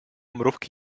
mrówki